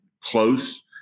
close